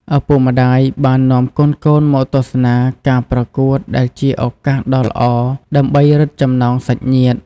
ឪពុកម្តាយបាននាំកូនៗមកទស្សនាការប្រកួតដែលជាឱកាសដ៏ល្អដើម្បីរឹតចំណងសាច់ញាតិ។